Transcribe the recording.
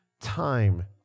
time